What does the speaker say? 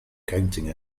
counting